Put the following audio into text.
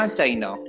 China